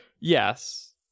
yes